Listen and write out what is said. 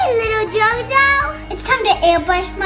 ah little jojo. it's time to airbrush